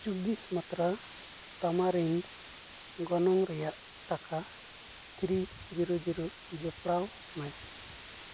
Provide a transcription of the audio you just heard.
ᱪᱚᱵᱽᱵᱤᱥ ᱢᱟᱛᱨᱟ ᱛᱟᱢᱟᱨᱤᱱᱰ ᱜᱚᱱᱚᱝ ᱨᱮᱭᱟᱜ ᱴᱟᱠᱟ ᱛᱷᱨᱤ ᱡᱤᱨᱳ ᱡᱤᱨᱳ ᱡᱚᱯᱲᱟᱣ ᱢᱮ